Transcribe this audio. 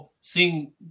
seeing